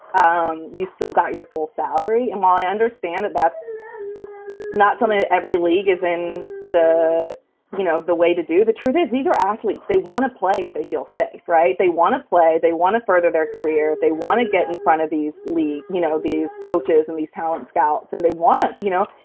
um you still got your full salary. and while i understand that that's not something that every league is in the you know, the way to do the truth is these are athletes. they want to play if they feel safe. right. they want to play. they want to further their career. they want to get in front of these league, you know, these coaches and these talent scouts. and they want to you know,